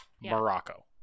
Morocco